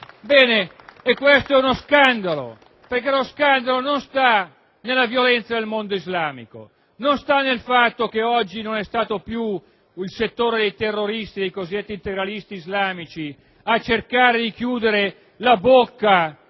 Questo è uno scandalo! Lo scandalo non sta nella violenza del mondo islamico, nel fatto che oggi non è stato più il settore dei terroristi, dei cosiddetti integralisti islamici, a cercare di chiudere la bocca